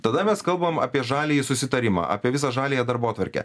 tada mes kalbam apie žaliąjį susitarimą apie visą žaliąją darbotvarkę